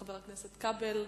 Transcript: חבר הכנסת כבל,